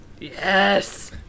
yes